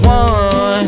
one